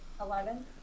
Eleven